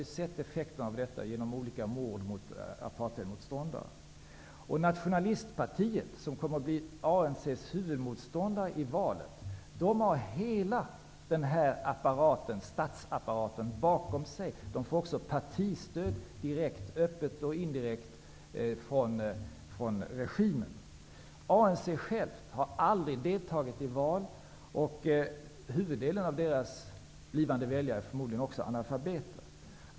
Vi har sett effekterna av detta i mord av olika apartheidmotståndare. Nationalistpartiet, som kommer att bli ANC:s huvudmotståndare i valet, har hela statsapparaten bakom sig. Partiet får både öppet och indirekt partistöd från regimen. ANC har aldrig deltagit i val. Huvuddelen av ANC:s blivande väljare är förmodligen analfabeter.